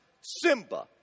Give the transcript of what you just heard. Simba